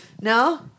No